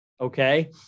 Okay